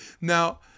Now